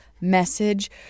message